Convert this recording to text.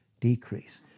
Decrease